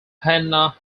hannah